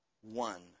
one